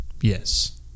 Yes